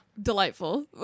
Delightful